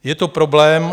Je to problém.